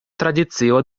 tradicio